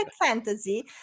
fantasy